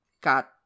got